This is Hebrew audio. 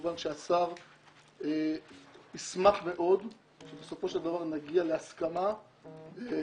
וכמובן שהשר ישמח מאוד אם בסופו של דבר נגיע להסכמה על